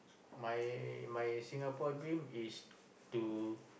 my my Singapore dream is to